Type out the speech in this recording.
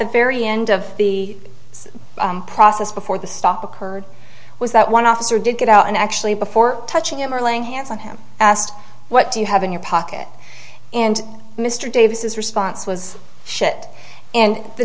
the very end of the process before the stop occurred was that one officer did get out and actually before touching him or laying hands on him asked what do you have in your pocket and mr davis response was shit and the